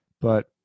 but-